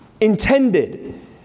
intended